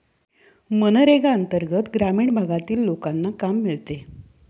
मनरेगा अंतर्गत ग्रामीण भागातील लोकांना काम मिळते